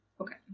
Okay